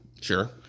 Sure